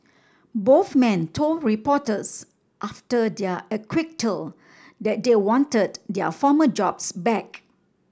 both men told reporters after their acquittal that they wanted their former jobs back